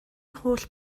holl